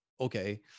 okay